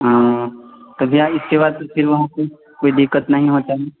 हाँ तो भैया इसके बाद तो फ़िर वहाँ कुछ कोई दिक्कत नहीं होती है